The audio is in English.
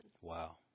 Wow